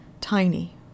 Tiny